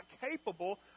capable